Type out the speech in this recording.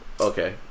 Okay